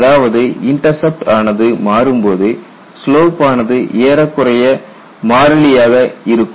அதாவது இன்டர்செப்ட் ஆனது மாறும்போது ஸ்லோப் ஆனது ஏறக்குறைய மாறிலியாக இருக்கும்